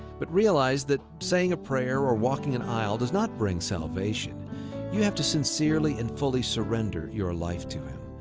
but realize that saying a prayer or walking an aisle does not bring salvation you have to sincerely and fully surrender your life to him.